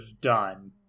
done